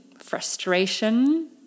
frustration